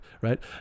right